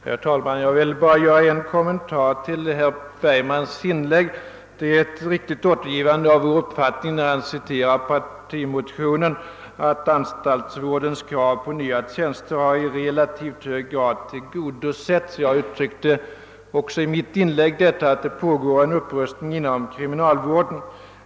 Herr talman! Jag vill bara göra en kommentar till herr Bergmans inlägg. Hans citat ur partimotionen, att an staltsvårdens krav på nya tjänster i relativt hög grad tillgodosetts, utgör ett riktigt återgivande av vår uppfattning. Jag har även i mitt inlägg uttryckt, att det pågår en upprustning inom kriminalvården.